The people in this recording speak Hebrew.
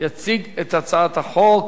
יציג את הצעת החוק,